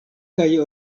kaj